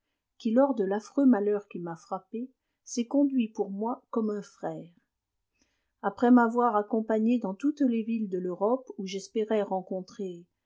qui lors de l'affreux malheur qui m'a frappé s'est conduit pour moi comme un frère après m'avoir accompagné dans toutes les villes de l'europe où j'espérais rencontrer